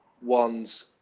one's